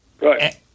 Right